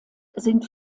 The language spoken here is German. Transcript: sind